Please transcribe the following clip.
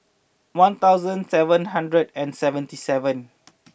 one thousand seven hundred and seventy seven